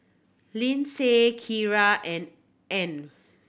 Lyndsay Kyra and Arne